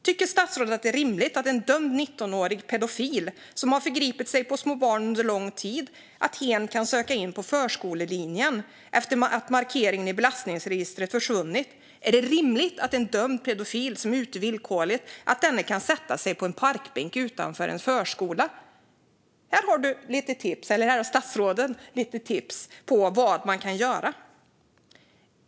Tycker statsrådet att det är rimligt att en dömd 19-årig pedofil som har förgripit sig på små barn under lång tid kan söka in på förskolelinjen efter att markeringen i belastningsregistret försvunnit? Är det rimligt att en dömd pedofil som är ute villkorligt kan sätta sig på en parkbänk utanför en förskola? Här har statsrådet lite tips på vad man kan göra.